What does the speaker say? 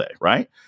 right